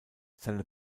seine